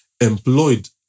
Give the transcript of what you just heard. employed